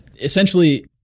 Essentially